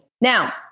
Now